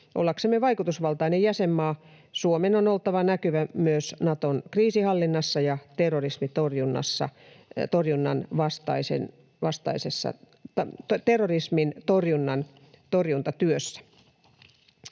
Ollakseen vaikutusvaltainen jäsenmaa Suomen on oltava näkyvä myös Naton kriisinhallinnassa ja terrorismin torjuntatyössä.